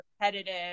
repetitive